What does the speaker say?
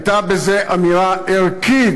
הייתה בזה אמירה ערכית,